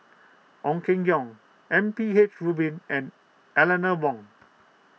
Ong Keng Yong M P H Rubin and Eleanor Wong